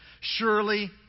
Surely